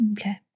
Okay